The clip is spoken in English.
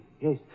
Yes